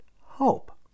Hope